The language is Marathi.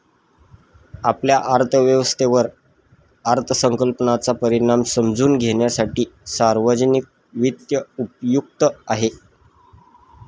आपल्या अर्थव्यवस्थेवर अर्थसंकल्पाचा परिणाम समजून घेण्यासाठी सार्वजनिक वित्त उपयुक्त आहे